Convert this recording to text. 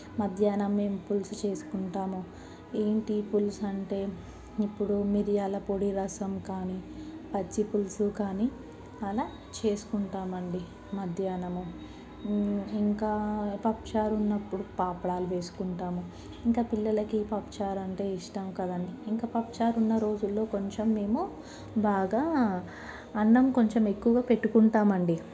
మధ్యాహ్నం మేము పులుసు చేసుకుంటాము ఏంటి పులుసు అంటే ఇప్పుడు మిరియాల పొడి రసం కానీ పచ్చి పులుసు కానీ అలా చేసుకుంటామండి మధ్యాహ్నము ఇంకా పప్పు చారు ఉన్నప్పుడు అప్పడాలు వేసుకుంటాము ఇంకా పిల్లలకి పప్పు చారు అంటే ఇష్టం కదా అని ఇంకా పప్పుచారు ఉన్న రోజుల్లో కొంచెం మేము బాగా అన్నం కొంచెం ఎక్కువగా పెట్టుకుంటామండి